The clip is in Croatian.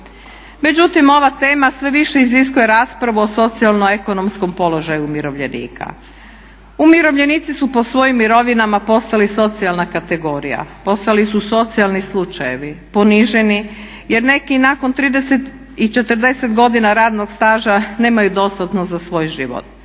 Međutim, ova tema sve više iziskuje raspravu o socijalno ekonomskom položaju umirovljenika. Umirovljenici su po svojim mirovinama postali socijalna kategorija, postali su socijalni slučajevi, poniženi jer neki i nakon 30 i 40 godina radnog staža nemaju dostatno za svoj život.